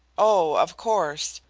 oh, of course.